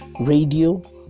radio